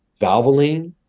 valvoline